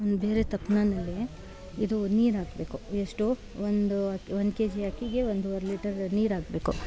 ಒಂದು ಬೇರೆ ತಪ್ಪಲೆಯಲ್ಲಿ ಇದು ನೀರು ಹಾಕ್ಬೇಕು ಎಷ್ಟು ಒಂದು ಅಕ್ಕಿ ಒಂದು ಕೆ ಜಿ ಅಕ್ಕಿಗೆ ಒಂದುವರೆ ಲೀಟರ್ ನೀರು ಹಾಕ್ಬೇಕು